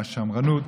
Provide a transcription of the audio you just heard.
מהשמרנות,